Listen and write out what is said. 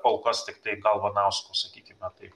kol kas tiktai galvanausko sakykime tai